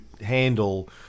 handle